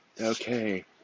okay